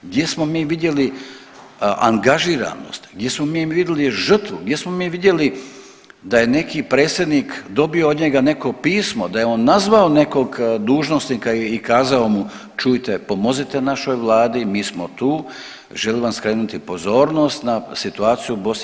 Gdje smo mi vidjeli angažiranost, gdje smo mi vidjeli žrtvu, gdje smo mi vidjeli da je neki predsjednik dobio od njega neko pismo, da je on nazvao nekog dužnosnika i kazao mu čujte pomozite našoj Vladi, mi smo tu, želim vam skrenuti pozornost na situaciju u BiH.